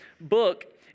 book